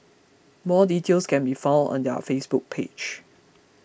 more details can be found on their Facebook page